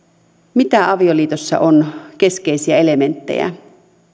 mitä perinteisessä avioliitossa on keskeisiä elementtejä